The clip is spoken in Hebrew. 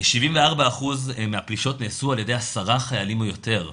74% מהפלישות נעשו על ידי עשרה חיילים או יותר.